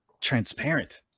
transparent